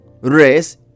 race